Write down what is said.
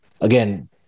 Again